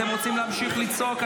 אתם רוצים להמשיך לצעוק?